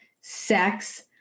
Sex